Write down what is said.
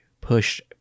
pushed